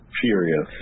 furious